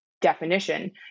definition